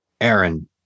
Aaron